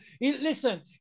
Listen